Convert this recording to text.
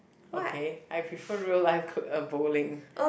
okay I prefer real life k~ uh bowling